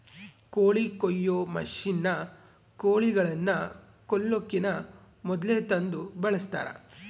ಕೋಳಿ ಕೊಯ್ಯೊ ಮಷಿನ್ನ ಕೋಳಿಗಳನ್ನ ಕೊಲ್ಲಕಿನ ಮೊದ್ಲೇ ತಂದು ಬಳಸ್ತಾರ